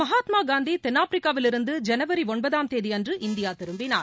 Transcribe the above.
மகாத்மாகாந்தி தென்னாப்பிரிக்காவில் இருந்து ஜனவரி ஒன்பதாம் தேதியன்று இந்தியா திரும்பினார்